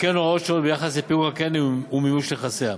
וכן הוראות שונות ביחס לפירוק הקרן ומימוש נכסיה.